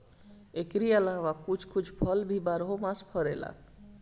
एकरी अलावा कुछ कुछ फल भी बारहो मास फरेला